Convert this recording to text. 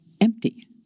empty